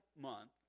month